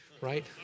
right